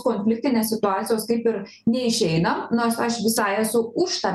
konfliktinės situacijos kaip ir neišeinam nors aš visai esu už tą